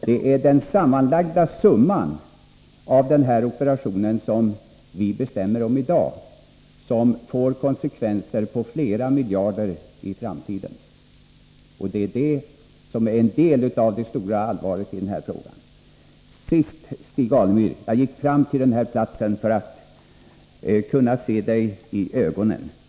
Det är den sammanlagda summan av den operation som vi bestämmer om i dag som får konsekvenser på flera miljarder i framtiden, och det är detta som utgör en del av det stora allvaret i den här frågan. Till sist, Stig Alemyr: Jag gick fram till talarstolen för att kunna se dig i ögonen.